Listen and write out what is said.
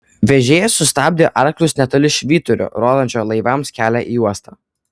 vežėjas sustabdė arklius netoli švyturio rodančio laivams kelią į uostą